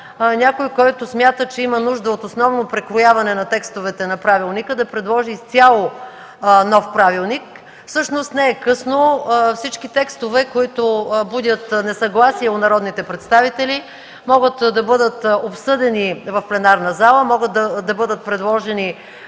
някой, който смята, че има нужда от основно прекрояване на текстовете на правилника, да предложи изцяло нов. Всъщност не е късно. Всички текстове, които будят несъгласие у народните представители, могат да бъдат обсъдени в пленарната зала, могат да бъдат предложени